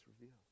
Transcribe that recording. revealed